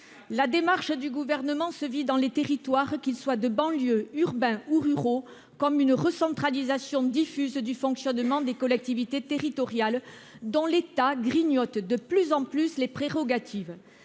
La démarche du Gouvernement se vit dans les territoires, qu'ils soient de banlieue, urbains ou ruraux, comme une recentralisation diffuse du fonctionnement des collectivités territoriales, dont l'État grignote de plus en plus les prérogatives.